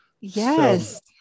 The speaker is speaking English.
yes